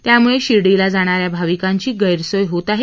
त्यामुळे शिर्डीला जाणाऱ्या भाविकांची गैरसोय होत आहे